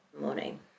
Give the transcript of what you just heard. morning